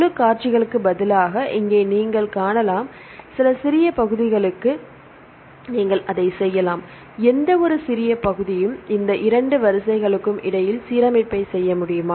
முழு காட்சிகளுக்கு பதிலாக இங்கே நீங்கள் காணலாம் சில சிறிய பகுதிகளுக்கு நீங்கள் அதை செய்யலாம் எந்தவொரு சிறிய பகுதியும் இந்த இரண்டு வரிசைகளுக்கும் இடையில் சீரமைப்பு செய்ய முடியுமா